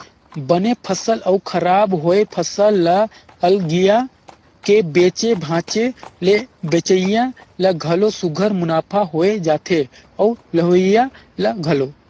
बने फसल अउ खराब होए फसल ल अलगिया के बेचे भांजे ले बेंचइया ल घलो सुग्घर मुनाफा होए जाथे अउ लेहोइया ल घलो